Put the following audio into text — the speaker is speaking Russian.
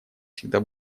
всегда